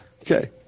Okay